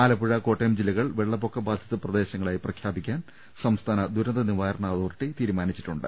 ആലപ്പുഴ കോട്ടയം ജില്ലകൾ വെള്ളപ്പൊക്കബാധിത പ്രദേശങ്ങളായി പ്രഖ്യാപിക്കാൻ സംസ്ഥാന ദുരന്ത നിവാരണ അതോറിറ്റി തീരുമാനി ച്ചിട്ടുണ്ട്